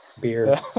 beer